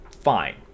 fine